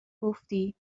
گفتی